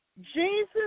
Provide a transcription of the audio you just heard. Jesus